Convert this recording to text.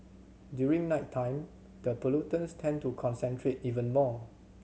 during nighttime the pollutants tend to concentrate even more